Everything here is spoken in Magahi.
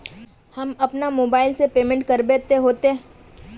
हम अपना मोबाईल से पेमेंट करबे ते होते?